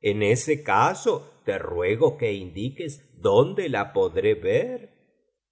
en ese caso te ruego que indiques dónde la podré ver